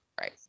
Right